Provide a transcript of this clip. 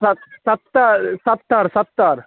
सत सत्तरि सत्तरि सत्तरि